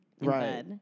Right